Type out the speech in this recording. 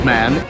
Man